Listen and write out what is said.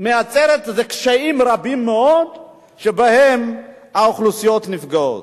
קשיים רבים מאוד שמהם האוכלוסיות נפגעות.